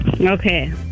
Okay